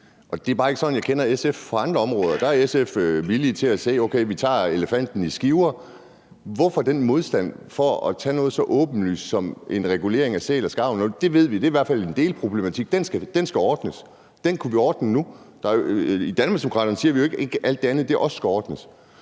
er bare ikke sådan, jeg kender SF fra andre områder. Der er SF villige til at sige: Okay, vi tager elefanten i skiver. Hvorfor den modstand over for at gøre noget så åbenlyst som en regulering af sæler og skarver, når vi i hvert fald ved, at det er en delproblematik, som skal ordnes, og den kunne vi ordne nu? I Danmarksdemokraterne siger vi jo heller ikke, at alt det andet ikke også skal ordnes,